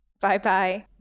Bye-bye